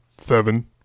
Seven